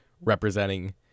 representing